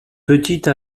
petite